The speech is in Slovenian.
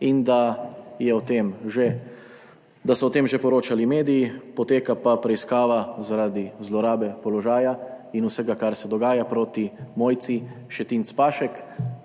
in da so o tem že poročali mediji. Poteka pa preiskava zaradi zlorabe položaja in vsega, kar se dogaja proti Mojci Šetinc Pašek,